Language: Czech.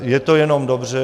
Je to jenom dobře.